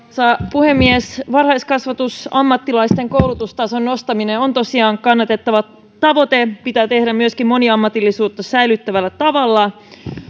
puhemies varhaiskasvatusammattilaisten koulutustason nostaminen on tosiaan kannatettava tavoite se pitää tehdä myöskin moniammatillisuutta säilyttävällä tavalla